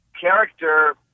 character